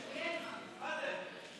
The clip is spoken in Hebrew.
מה זה?